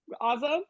Awesome